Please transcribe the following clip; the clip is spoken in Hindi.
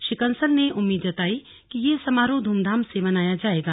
श्री कंसल ने उम्मीद जताई की यह समारोह धूमधाम से मनाया जायेगा